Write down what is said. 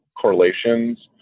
correlations